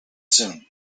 soon